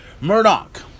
Murdoch